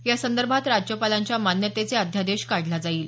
यासंदर्भात राज्यपालांच्या मान्यतेने अध्यादेश काढला जाईल